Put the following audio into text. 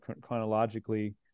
chronologically